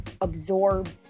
absorb